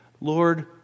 Lord